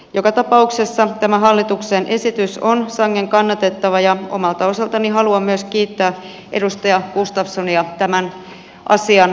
joka tapauksessa tämä hallituksen esitys on sangen kannatettava ja omalta osaltani haluan myös kiittää edustaja gustafssonia tämän asian liikkeellelaitosta